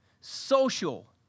social